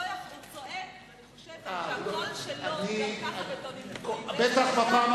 אני חושבת שהקול שלו גם כך בטונים גבוהים,